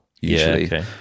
usually